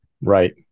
Right